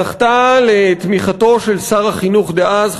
זכתה לתמיכתו של שר החינוך דאז,